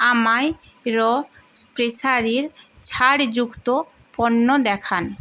আমায় র্য প্রেসারির ছাড় যুক্ত পণ্য দেখান